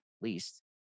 least